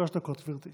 שלוש דקות, גברתי.